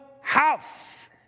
house